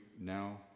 now